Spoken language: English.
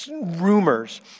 rumors